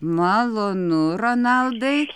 malonu ronaldai